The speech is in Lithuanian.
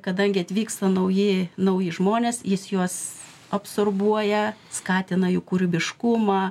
kadangi atvyksta nauji nauji žmonės jis juos absorbuoja skatina jų kūrybiškumą